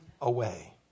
away